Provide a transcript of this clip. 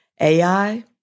AI